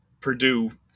Purdue